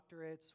doctorates